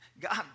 God